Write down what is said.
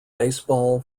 baseball